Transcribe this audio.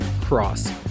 Cross